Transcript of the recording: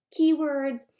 keywords